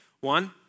One